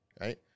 right